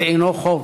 זה אינו חוב,